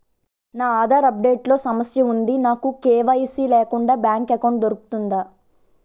నా Aadhaar update లో సమస్య వుంది నాకు కే.వై.సీ లేకుండా బ్యాంక్ ఎకౌంట్దొ రుకుతుందా?